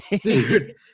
Dude